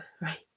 right